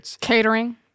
Catering